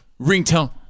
Ringtone